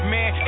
Man